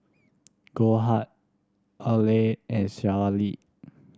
Goldheart Olay and Sea Lee